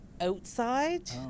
outside